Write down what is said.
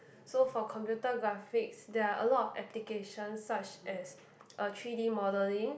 so for computer graphics there are a lot of applications such as a three-d modelling